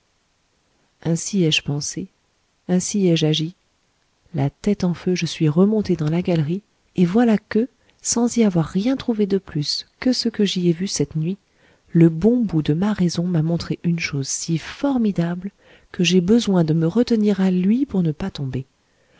ainsi ai-je pensé ainsi ai-je agi la tête en feu je suis remonté dans la galerie et voilà que sans y avoir rien trouvé de plus que ce que j'y ai vu cette nuit le bon bout de ma raison m'a montré une chose si formidable que j'ai besoin de me retenir à lui pour ne pas tomber